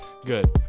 Good